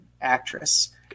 actress